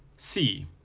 c,